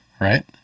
right